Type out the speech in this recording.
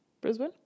Brisbane